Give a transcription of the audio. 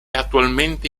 attualmente